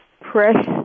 Press